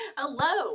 hello